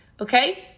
okay